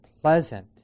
Pleasant